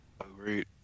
Agreed